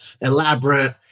elaborate